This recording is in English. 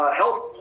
health